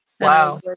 Wow